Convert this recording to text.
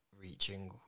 reaching